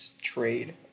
trade